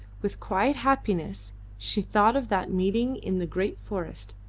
with quiet happiness she thought of that meeting in the great forest,